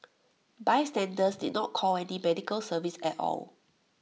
bystanders did not call any medical service at all